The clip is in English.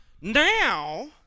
now